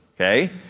okay